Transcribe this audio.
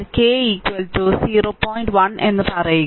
1 എന്ന് പറയുക